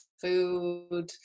food